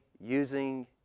using